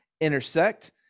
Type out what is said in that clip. intersect